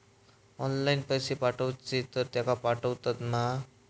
Online पैसे पाठवचे तर तेका पावतत मा?